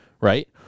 right